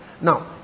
Now